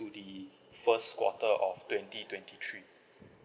to the first quarter of twenty twenty three